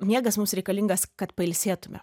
miegas mums reikalingas kad pailsėtume